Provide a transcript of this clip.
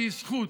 שהיא זכות,